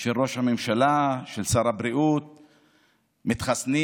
של ראש הממשלה ושר הבריאות מתחסנים.